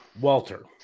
Walter